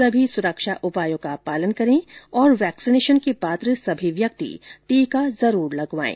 सभी सुरक्षा उपायों का पालन करें और वैक्सीनेशन के पात्र सभी व्यक्ति टीका जरूर लगवाएं